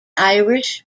irish